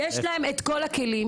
יש להם את כל הכלים,